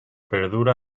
perdura